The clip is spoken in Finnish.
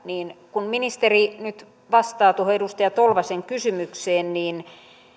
kun ministeri nyt vastaa tuohon edustaja tolvasen kysymykseen niin